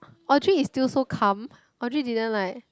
Audrey is still so calm Audrey didn't like